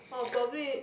oh probably